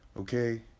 okay